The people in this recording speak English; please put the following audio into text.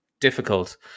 difficult